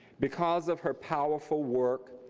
because of her powerful work,